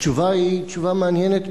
התשובה היא תשובה מעניינת,